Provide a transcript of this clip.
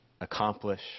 accomplish